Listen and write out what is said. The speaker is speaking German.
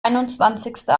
einundzwanzigste